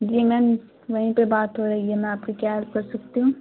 جی ma'am وہیں پہ بات ہو رہی ہے میں آپ کی کیا ہیلپ کر سکتی ہوں